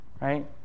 right